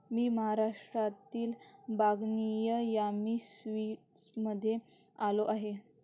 मी महाराष्ट्रातील बागनी यामी स्वीट्समध्ये आलो आहे